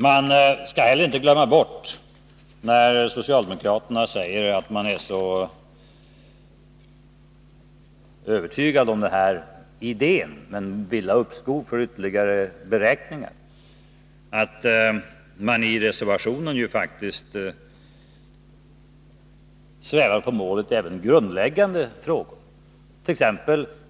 Man skall heller inte glömma bort, när socialdemokraterna säger att de är övertygade om idén men vill ha uppskov för ytterligare beräkningar, att de i reservationen ju faktiskt svävar på målet även